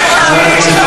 תענה.